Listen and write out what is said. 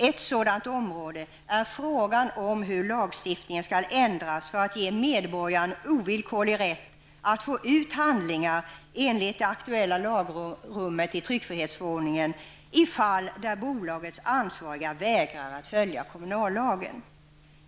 Ett sådant område är frågan om hur lagstiftningen skall ändras för att ge medborgaren ovillkorlig rätt att få ut handlingar enligt det aktuella lagrummet i tryckfrihetsförordningen i fall där bolagets ansvariga vägrar att följa kommunallagen.